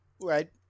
right